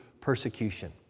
persecution